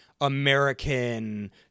american